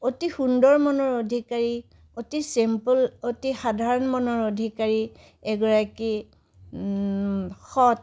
অতি সুন্দৰ মনৰ অধিকাৰী অতি ছিম্পল অতি সাধাৰণ মনৰ অধিকাৰী এগৰাকী সৎ